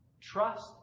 Trust